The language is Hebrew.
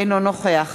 אינו נוכח